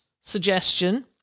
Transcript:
suggestion